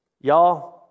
y'all